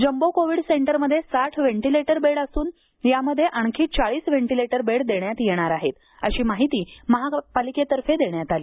jumbo covid centre मध्ये साठ ventilator bed असुन यामध्ये आणखी चाळीस व्हेंटीलेटर बेड देण्यात येणार आहेत अशी माहिती महापालिकेतर्फे देण्यात आली